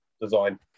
design